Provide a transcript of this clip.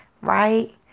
right